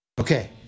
okay